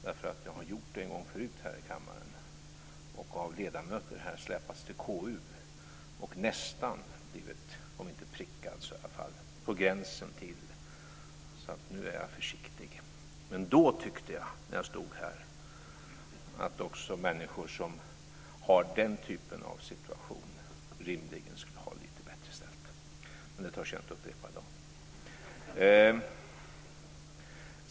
Jag har nämligen gjort det en gång förut här i kammaren och av ledamöter här släpats till KU och nästan blivit om inte prickad så åtminstone på gränsen till det. Nu är jag alltså försiktig. Då tyckte jag, när jag stod här, att också människor som har den typen av situation rimligen skulle ha det lite bättre ställt, men det törs jag inte upprepa i dag.